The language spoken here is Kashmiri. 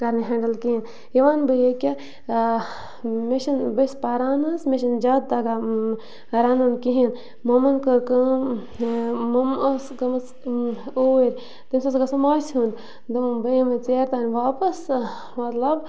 کَرنہِ ہینٛڈل کیٚنٛہہ یا وَنہٕ بہٕ ییٚکیٛاہ مےٚ چھِنہٕ بہٕ چھَس پَران حظ مےٚ چھِنہٕ زیادٕ تَگان رَنُن کِہیٖنۍ مۄمَن کٔر کٲم مۄمہٕ ٲس گٔمٕژ اوٗرۍ تٔمِس اوس گَژھُن ماسہِ ہُنٛد دوٚپُن بہٕ یِمَے ژیر تام واپَس مطلب